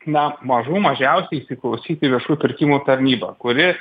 na mažų mažiausiai įsiklausyt į viešųjų pirkimų tarnybą kuri